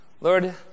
lord